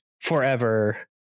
forever